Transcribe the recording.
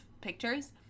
pictures